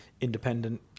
independent